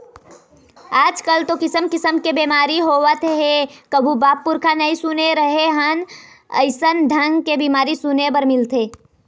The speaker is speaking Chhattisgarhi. आजकल तो किसम किसम के बेमारी होवत हे कभू बाप पुरूखा नई सुने रहें हन अइसन ढंग के बीमारी सुने बर मिलथे